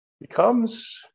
becomes